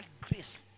grace